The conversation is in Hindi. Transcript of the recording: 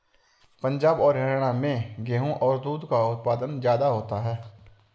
पंजाब और हरयाणा में गेहू और दूध का उत्पादन ज्यादा होता है